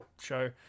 show